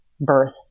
birth